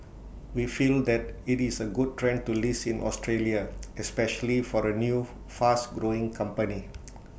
we feel that IT is A good trend to list in Australia especially for A new fast growing company